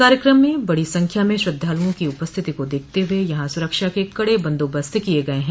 कार्यकम में बड़ी संख्या में श्रद्धालुओं की उपस्थित को देखते हुए यहां सुरक्षा के कड़े बंदोबस्त किये गये हैं